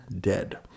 dead